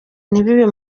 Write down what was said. ntibibe